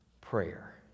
prayer